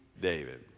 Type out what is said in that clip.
David